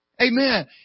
Amen